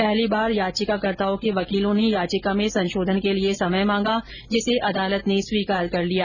पहली बार याचिकाकर्ताओं के वकीलों ने याचिका में संशोधन के लिए समय मांगा जिसे अदालत ने स्वीकार कर लिया